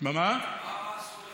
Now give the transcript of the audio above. מה רע עשו לך הפרות?